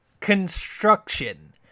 construction